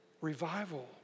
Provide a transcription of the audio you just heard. revival